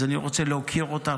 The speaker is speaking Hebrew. אז אני רוצה להוקיר אותה,